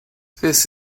this